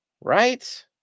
right